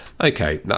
okay